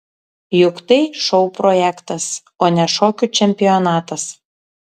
juk tai šou projektas o ne šokių čempionatas